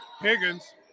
Higgins